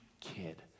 kid